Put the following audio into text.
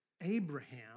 Abraham